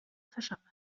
fishermen